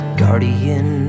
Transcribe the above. guardian